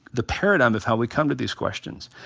the paradigm of how we come to these questions.